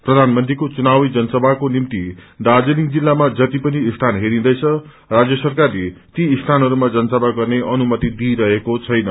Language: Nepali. प्रधानमंत्रीको चुनावी जनसभाको निम्ति दार्जीलिङ जिल्लामा जति पनि स्थान हेर्रिदैछ राज्य सरकारले ती स्थानहरूमा जनसभा गर्ने अनुमति दिइरहेको छैन